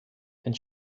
and